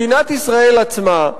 מדינת ישראל עצמה,